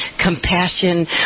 compassion